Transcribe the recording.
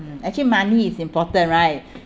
mm actually money is important right